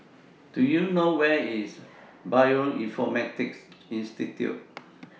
Do YOU know Where IS Bioinformatics Institute